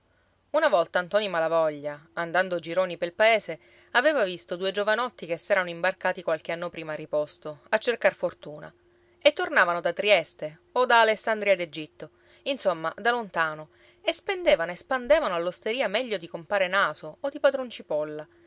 una volta ntoni malavoglia andando gironi pel paese aveva visto due giovanotti che s'erano imbarcati qualche anno prima a riposto a cercar fortuna e tornavano da trieste o da alessandria d'egitto insomma da lontano e spendevano e spandevano all'osteria meglio di compare naso o di padron cipolla